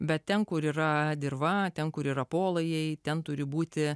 bet ten kur yra dirva ten kur yra polai ten turi būti